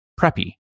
preppy